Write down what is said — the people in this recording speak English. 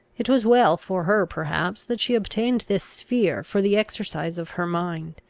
it was well for her perhaps that she obtained this sphere for the exercise of her mind.